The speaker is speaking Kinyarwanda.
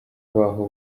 baho